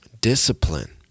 discipline